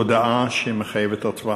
הודעה שמחייבת הצבעה.